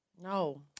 No